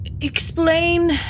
explain